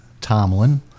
Tomlin